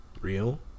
real